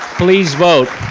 please vote.